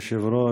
כבוד היושב-ראש,